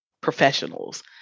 professionals